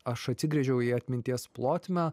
aš atsigręžiau į atminties plotmę